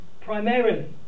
Primarily